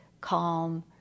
calm